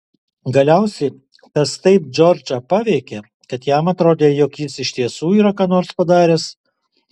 galiausiai tas taip džordžą paveikė kad jam atrodė jog jis iš tiesų yra ką nors padaręs